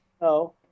No